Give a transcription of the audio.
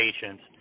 patients